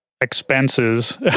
expenses